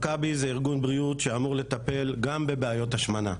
מכבי זה ארגון בריאות שאמור לטפל גם בבעיות השמנה,